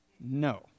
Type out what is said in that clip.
No